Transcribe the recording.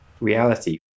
reality